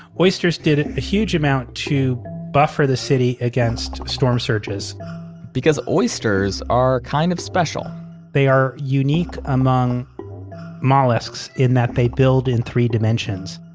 oysters did a huge amount to buffer the city against storm surges because oysters are kind of special they are unique among mollusks, in that they build in three dimensions.